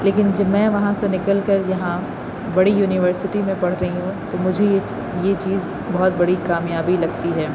لیکن جب میں وہاں سے نکل کر یہاں بڑی یونیورسٹی میں پڑھ رہی ہوں تو مجھے یہ چیز بہت بڑی کامیابی لگتی ہے